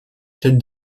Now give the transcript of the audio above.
celle